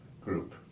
group